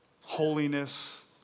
holiness